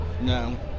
No